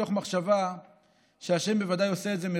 מתוך מחשבה שה' בוודאי עושה את זה מרצון.